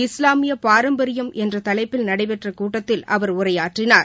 இஸ்லாமிய பாரம்பரியம் என்ற தலைப்பில் நடைபெற்ற கூட்டத்தில் அவர் உரையாற்றினர்